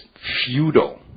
feudal